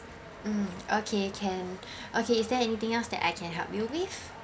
mm okay can okay is there anything else that I can help you with